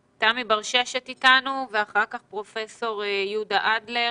ברששת, אחריה פרופסור יהודה אדלר